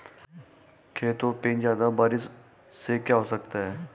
खेतों पे ज्यादा बारिश से क्या हो सकता है?